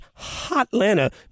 Hotlanta